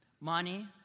Money